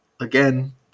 again